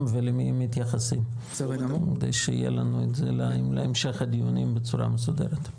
ולמי הם מתייחסים כדי שיהיה להמשך הדיונים בצורה מסודרת.